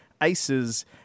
Aces